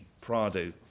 Prado